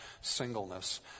singleness